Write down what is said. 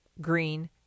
Green